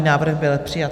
Návrh byl přijat.